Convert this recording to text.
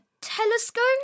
telescope